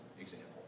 example